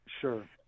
Sure